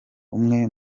umwe